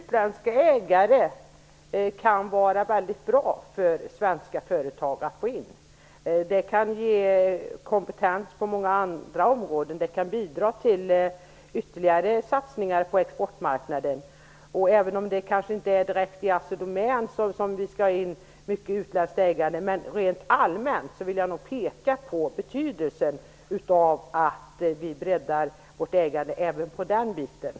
Fru talman! Det kan vara väldigt bra för svenska företag att få in utländska ägare. Det kan ge kompetens på många andra områden. Det kan bidra till ytterligare satsningar på exportmarknaden. Det kanske inte direkt skall vara så mycket utländsk ägande i Assi Domän, men jag vill nog rent allmänt peka på betydelsen av att vi breddar vårt ägande även i det här avseendet.